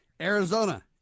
Arizona